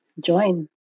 join